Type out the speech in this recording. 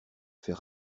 fait